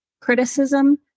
criticism